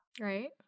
Right